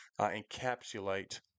encapsulate